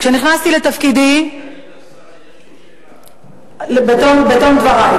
כשנכנסתי לתפקידי, סגנית השר,